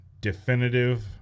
definitive